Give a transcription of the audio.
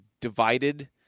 divided